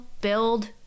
build